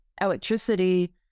electricity